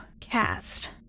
cast